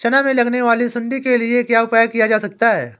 चना में लगने वाली सुंडी के लिए क्या उपाय किया जा सकता है?